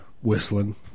Whistling